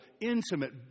intimate